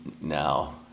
now